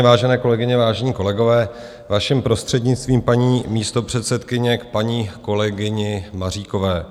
Vážené kolegyně, vážení kolegové, vaším prostřednictvím, paní místopředsedkyně, k paní kolegyni Maříkové.